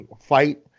fight